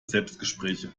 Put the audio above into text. selbstgespräche